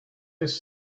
this